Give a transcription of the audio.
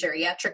geriatric